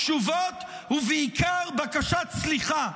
תשובות ובעיקר בקשת סליחה.